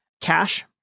Cash